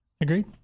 Agreed